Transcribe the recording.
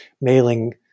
mailing